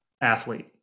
athlete